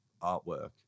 artwork